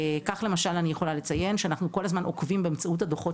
כך למשל אני יכולה לציין שאנחנו כל הזמן עוקבים באמצעות הדוחות